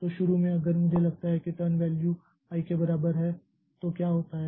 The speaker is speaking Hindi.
तो शुरू में अगर मुझे लगता है कि टर्न वैल्यू i बराबर है तो क्या होता है